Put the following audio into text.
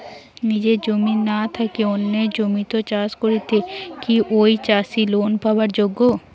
নিজের জমি না থাকি অন্যের জমিত চাষ করিলে কি ঐ চাষী লোন পাবার যোগ্য?